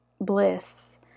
bliss